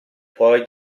poi